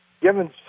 given